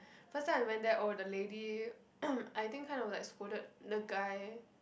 first time I went there oh the lady I think kind of like scolded the guy